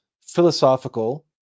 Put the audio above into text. philosophical